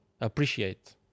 appreciate